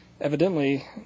evidently